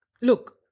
look